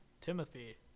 Timothy